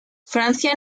francia